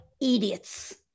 idiots